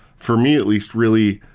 for me at least, really,